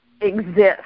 exist